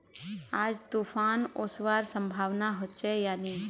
आज तूफ़ान ओसवार संभावना होचे या नी छे?